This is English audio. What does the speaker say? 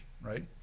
right